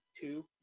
two